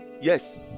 Yes